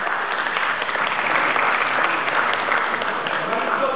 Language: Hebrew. (מחיאות כפיים) הוא בא,